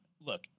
look